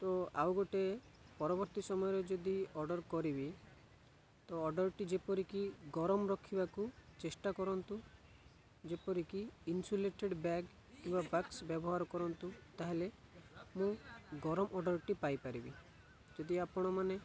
ତ ଆଉ ଗୋଟେ ପରବର୍ତ୍ତୀ ସମୟରେ ଯଦି ଅର୍ଡ଼ର କରିବି ତ ଅର୍ଡ଼ରଟି ଯେପରିକି ଗରମ ରଖିବାକୁ ଚେଷ୍ଟା କରନ୍ତୁ ଯେପରିକି ଇନ୍ସୁଲେଟେଡ଼୍ ବ୍ୟାଗ୍ କିମ୍ବା ବାକ୍ସ ବ୍ୟବହାର କରନ୍ତୁ ତାହେଲେ ମୁଁ ଗରମ ଅର୍ଡ଼ରଟି ପାଇପାରିବି ଯଦି ଆପଣମାନେ